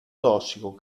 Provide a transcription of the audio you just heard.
tossico